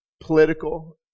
political